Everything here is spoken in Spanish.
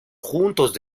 juntos